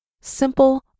simple